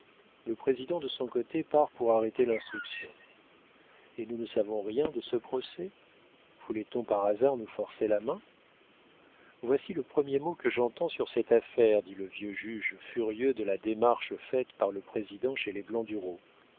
le président de son côté part pour arrêter l'instruction et nous ne savons rien de ce procès voulait-on par hasard nous forcer la main voici le premier mot que j'entends sur cette affaire dit le vieux juge furieux de la démarche faite par le président chez les blandureau le